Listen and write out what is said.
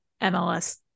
MLS